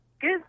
Good